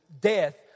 death